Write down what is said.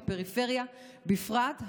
ובפריפריה בפרט?